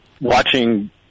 watching